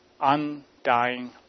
undying